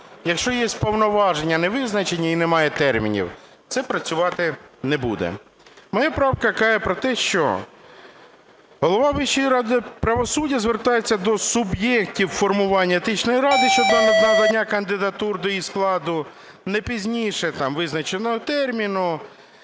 Якщо є повноваження, не визначені і немає термінів, це працювати не буде. Моя правка каже про те, що голова Вищої ради правосуддя звертається до суб'єктів формування Етичної ради щодо надання кандидатур до її складу не пізніше визначеного терміну,